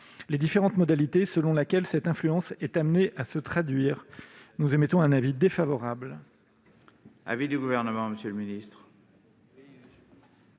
les différentes modalités selon lesquelles cette influence est amenée à se traduire. La commission émet donc un avis défavorable